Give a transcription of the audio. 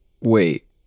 Wait